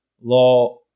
law